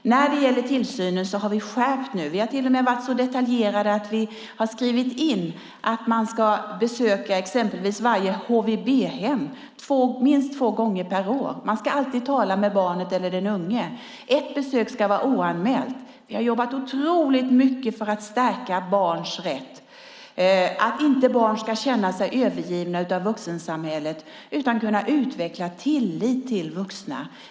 När det gäller tillsynen har vi nu skärpt till detta. Vi har till och med varit så detaljerade att vi har skrivit in att man ska besöka exempelvis varje HVB-hem minst två gånger per år. Man ska alltid tala med barnet eller den unge. Ett av besöken ska vara oanmält. Vi har jobbat otroligt mycket för att stärka barns rätt och för att barn inte ska känna sig övergivna av vuxensamhället utan kunna utveckla tillit till vuxna.